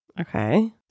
Okay